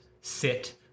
sit